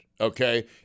okay